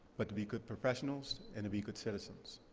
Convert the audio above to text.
but to be good professionals, and to be good citizens.